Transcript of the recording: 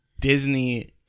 Disney